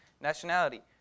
nationality